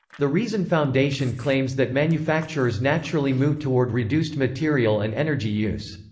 the reason foundation claims that manufacturers naturally move toward reduced material and energy use.